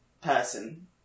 person